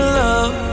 love